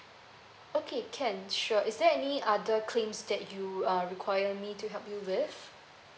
okay can sure is there any other claims that you uh require me to help you with